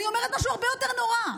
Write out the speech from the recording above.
אני אומרת משהו הרבה יותר נורא: